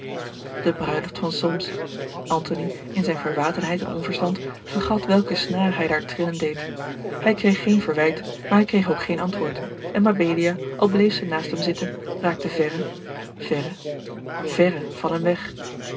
de bruiloft van solms antony in zijn verwatenheid en onverstand vergat welke snaar hij daar trillen deed a l g bosboom-toussaint de delftsche wonderdokter eel ij kreeg geen verwijt maar hij kreeg ook geen antwoord en mabelia al bleef ze naast hem zitten raakte verre verre verre van hem weg